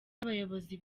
abayobozi